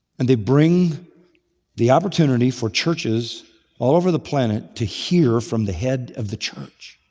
and they bring the opportunity for churches all over the planet to hear from the head of the church.